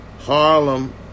Harlem